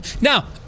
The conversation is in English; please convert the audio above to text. Now